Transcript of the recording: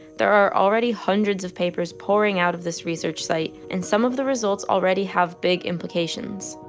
there are already hundreds of papers pouring out of this research site and some of the results already have big implications.